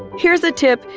here's a tip.